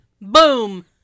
Boom